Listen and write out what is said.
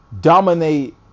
dominate